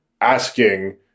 asking